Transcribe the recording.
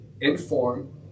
inform